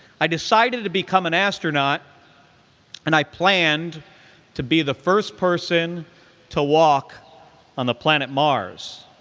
i decided to become an astronaut and i planned to be the first person to walk on the planet mars.